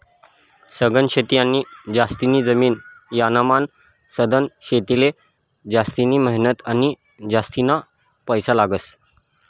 सघन शेती आणि जास्तीनी जमीन यानामान सधन शेतीले जास्तिनी मेहनत आणि जास्तीना पैसा लागस